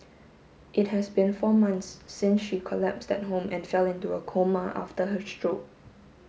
it has been four months since she collapsed at home and fell into a coma after her stroke